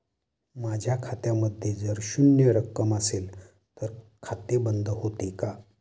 माझ्या खात्यामध्ये जर शून्य रक्कम असेल तर खाते बंद होते का?